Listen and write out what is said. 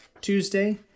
Tuesday